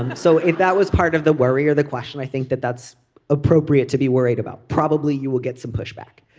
um so if that was part of the worry or the question i think that that's appropriate to be worried about. probably you will get some pushback.